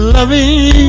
Loving